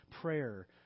Prayer